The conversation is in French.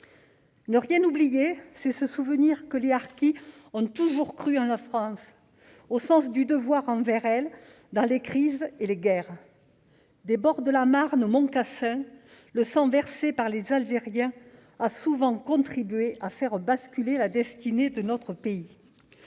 Ne rien oublier, c'est se souvenir que les harkis ont toujours cru en la France, s'acquittant de leur devoir envers elle dans les crises et les guerres. Des bords de la Marne au Mont-Cassin, le sang versé par les Algériens a souvent contribué à la destinée de notre pays.